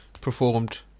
Performed